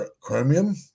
Chromium